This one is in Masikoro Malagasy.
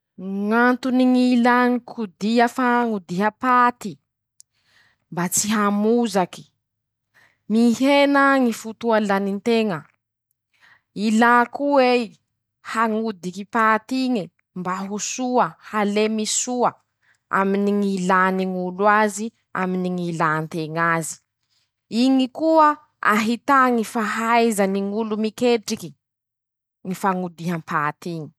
Ñ'antony ñ'ilà kodiha fañodiha paty: -Mba tsy hamozaky, mihena ñy fotoa laninteña, ilà koa ei, hañodiky pat'iñe mba ho soa, halemy soa aminy ñy ñ'ilany ñ'olo azy aminy ñ'ilanteñ'azy, iñy koa ahita ñy fahaizany ñ'olo miketrike, ñy fañodiham-pat'iñe.